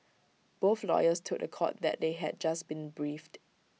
both lawyers told The Court that they had just been briefed